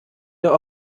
der